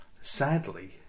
sadly